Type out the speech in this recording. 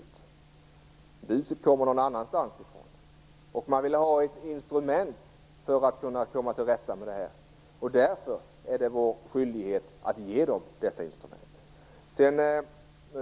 Buset kommer någon annanstans ifrån. Man vill ha instrument för att kunna komma till rätta med detta. Därför är det vår skyldighet att bidra med detta instrument.